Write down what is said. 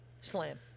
Slam